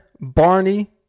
Barney